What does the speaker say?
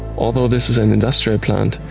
although this is an industrial plant,